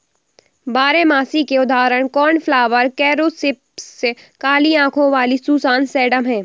बारहमासी के उदाहरण कोर्नफ्लॉवर, कोरॉप्सिस, काली आंखों वाली सुसान, सेडम हैं